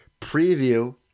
preview